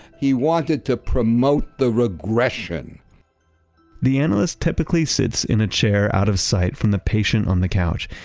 he wanted to promote the regression the analyst typically sits in a chair out of sight from the patient on the couch,